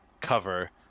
cover